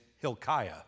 Hilkiah